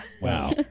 Wow